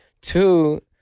Two